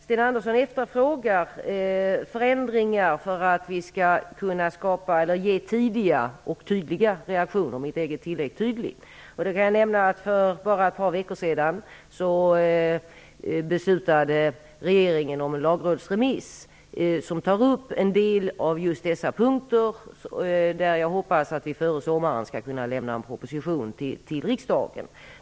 Sten Andersson efterfrågar förändringar för att vi skall kunna ge tidiga och, vill jag tillägga, tydliga reaktioner. Jag kan nämna att för bara ett par veckor sedan beslutade regeringen om en lagrådsremiss som tar upp en del av dessa punkter. Jag hoppas att vi före sommaren skall kunna lämna en proposition till riksdagen.